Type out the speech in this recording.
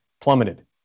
plummeted